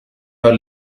her